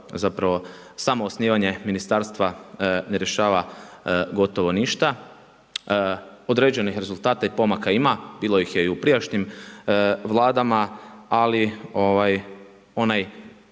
zapravo samo osnivanje ministarstva ne rješava gotovo ništa. Određenih rezultata i pomaka ima, bilo ih je i u prijašnjim Vladama ali onaj